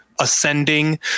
ascending